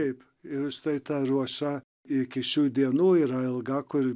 taip ir štai ta ruoša iki šių dienų yra ilga kur